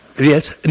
Yes